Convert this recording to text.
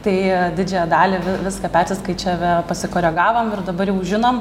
tai didžiąją dalį viską perskaičiavę pasikoregavom ir dabar jau žinom